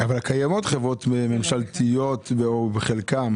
אבל קיימות חברות ממשלתיות או בחלקם